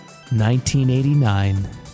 1989